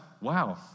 wow